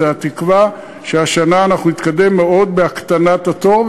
זו התקווה שהשנה אנחנו נתקדם מאוד בהקטנת התור,